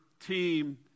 team